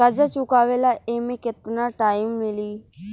कर्जा चुकावे ला एमे केतना टाइम मिली?